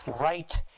right